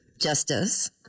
justice